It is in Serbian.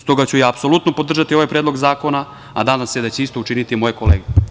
Stoga, ja ću apsolutno podržati ovaj Predlog zakona, a nadam se da će isto učiniti moje kolege.